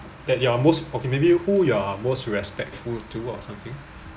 that you are most okay maybe who you're most respectful to you or something